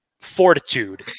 fortitude